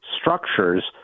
structures